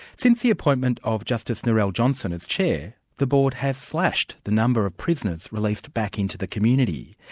since the appointment of justice narelle johnson as chair, the board has slashed the number of prisoners released back into the community.